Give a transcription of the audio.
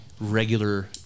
regular